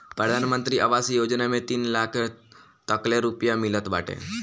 प्रधानमंत्री आवास योजना में तीन लाख तकले रुपिया मिलत बाटे